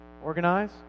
Organize